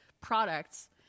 products